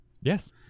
yes